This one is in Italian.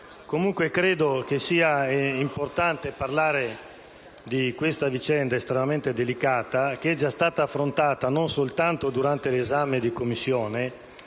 comunque che sia importante parlare di questa vicenda estremamente delicata, che è già stata affrontata non soltanto durante l'esame in Commissione,